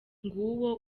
nguwo